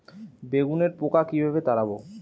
বেগুনের পোকা কিভাবে তাড়াব?